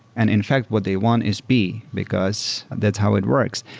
and in fact what they want is b because that's how it works.